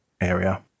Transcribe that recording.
area